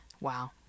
Wow